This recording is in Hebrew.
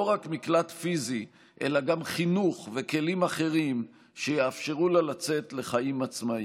רק מקלט פיזי אלא גם חינוך וכלים אחרים שיאפשרו לה לצאת לחיים עצמאיים,